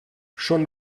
schon